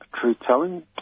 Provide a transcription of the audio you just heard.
truth-telling